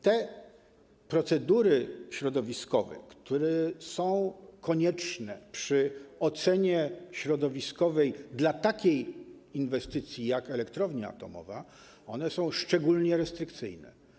Te procedury środowiskowe, które są konieczne przy ocenie środowiskowej dla takiej inwestycji jak elektrownia atomowa, są szczególnie restrykcyjne.